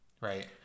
right